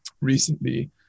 recently